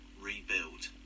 rebuild